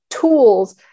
tools